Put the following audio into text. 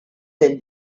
del